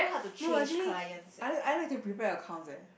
no actually I I like to prepare accounts leh